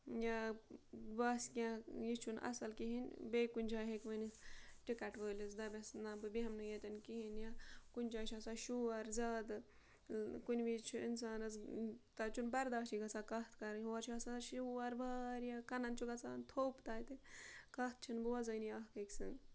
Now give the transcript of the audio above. یا باسہِ کینٛہہ یہِ چھُنہٕ اَصٕل کِہیٖنۍ بیٚیہِ کُنہِ جاے ہیٚکہِ ؤنِتھ ٹِکَٹ وٲلِس دَپٮ۪س نہ بہٕ بیٚہمہٕ نہٕ ییٚتَن کِہیٖنۍ یا کُنہِ جاے چھِ آسان شور زیادٕ کُنہِ وِز چھُ اِنسانَس تَتہِ چھُنہ برداشے گژھان کَتھ کَرٕنۍ ہورٕ چھِ آسان شور واریاہ کَنَن چھُ گژھان تھوٚپ تَتہِ کَتھ چھِنہٕ بوزٲنی اَکھ أکۍ سٕنٛز